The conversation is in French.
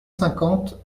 cinquante